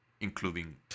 including